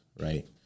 Right